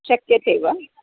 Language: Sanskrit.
शक्यते वा